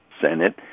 Senate